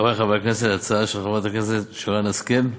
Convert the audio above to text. חברי חברי הכנסת, ההצעה של חברת הכנסת שרן השכל,